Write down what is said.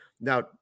Now